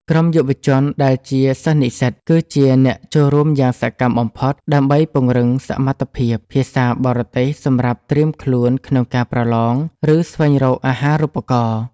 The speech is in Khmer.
ក្រុមយុវជនដែលជាសិស្សនិស្សិត គឺជាអ្នកចូលរួមយ៉ាងសកម្មបំផុត ដើម្បីពង្រឹងសមត្ថភាពភាសាបរទេសសម្រាប់ត្រៀមខ្លួនក្នុងការប្រឡង ឬស្វែងរកអាហារូបករណ៍។